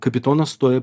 kapitonas stoja